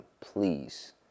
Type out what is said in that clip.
please